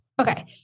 Okay